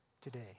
today